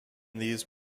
these